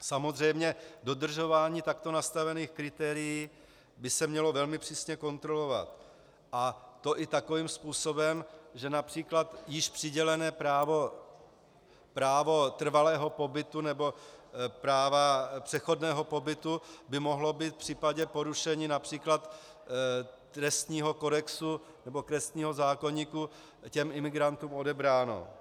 Samozřejmě by se mělo dodržování takto nastavených kritérií velmi přísně kontrolovat, a to i takovým způsobem, že například již přidělené právo trvalého pobytu nebo právo přechodného pobytu by mohlo být v případě porušení například trestního kodexu nebo trestního zákoníku imigrantům odebráno.